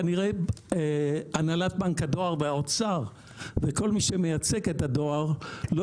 כנראה הנהלת בנק הדואר והאוצר וכל מי שמייצג את הדואר לא